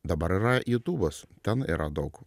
dabar yra jutubas ten yra daug